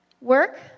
work